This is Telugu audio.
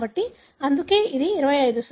కాబట్టి అందుకే ఇది 25